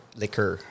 liquor